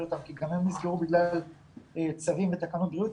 אותם כי גם הם נסגרו בגלל צווים ותקנות בריאות,